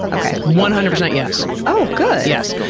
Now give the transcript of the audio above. okay. one hundred percent yes. oh, good! yes.